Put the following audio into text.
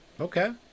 Okay